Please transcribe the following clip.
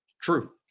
True